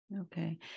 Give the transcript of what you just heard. Okay